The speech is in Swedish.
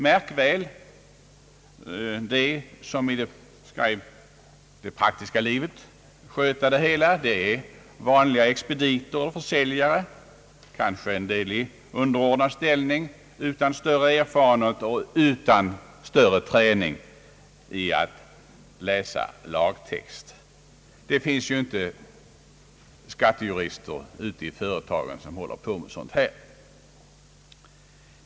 Märk väl: de som skall i det praktiska livet sköta det hela är vanliga expediter och försäljare, kanske en del i underordnad ställning utan erfarenhet och utan större träning i att läsa lagtext! Det finns ju inte skattejurister ute i företagen som håller på med sådana här frågor.